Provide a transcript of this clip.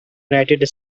united